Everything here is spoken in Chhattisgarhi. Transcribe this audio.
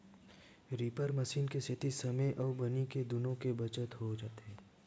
रीपर मसीन के सेती समे अउ बनी दुनो के बचत हो जाथे